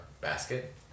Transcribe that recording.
basket